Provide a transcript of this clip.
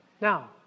Now